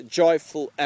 joyful